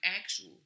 actual